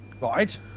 Right